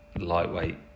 lightweight